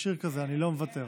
יש שיר כזה, "אני לא מוותר".